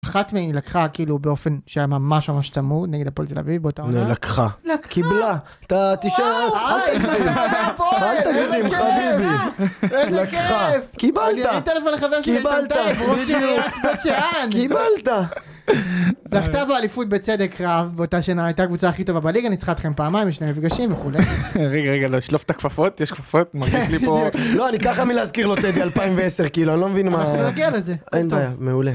אחת מי לקחה כאילו באופן שהיה ממש ממש צמוד נגד הפועל תל-אביב. זה לקחה. לקחה? קיבלה. אתה תשאר. אה איך אתה בעד הפועל? איזה כיף. איזה כיף. חביבי. איזה כיף. לקחה. קיבלת. אני אראה טלפון לחבר שלי לטלטל. קיבלת. בדיוק. בראש שלי אחת בת שעה. קיבלת. זכתה באליפות בצדק רב באותה שנה הייתה קבוצה הכי טובה בליגה. ניצחה אתכם פעמיים לשני מפגשים וכו'. רגע רגע לא, שלוף את הכפפות? יש כפפות? מרגיש לי פה, לא אני ככה מלהזכיר לו את טדי 2010. כאילו אני לא מבין מה. אנחנו נגיע לזה. אין בעיה. מעולה.